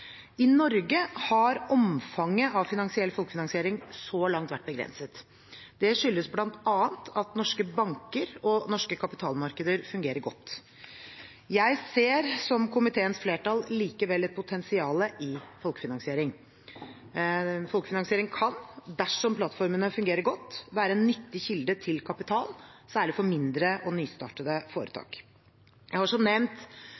I Norge har omfanget av finansiell folkefinansiering så langt vært begrenset. Det skyldes bl.a. at norske banker og norske kapitalmarkeder fungerer godt. Jeg ser, som komiteens flertall, likevel et potensial i folkefinansiering. Folkefinansiering kan – dersom plattformene fungerer godt – være en nyttig kilde til kapital, særlig for mindre og nystartede foretak. Jeg har som nevnt